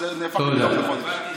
וזה הפך פתאום לחודש.